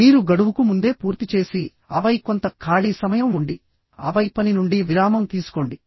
మీరు గడువుకు ముందే పూర్తి చేసి ఆపై కొంత ఖాళీ సమయం ఉండి ఆపై పని నుండి విరామం తీసుకోండి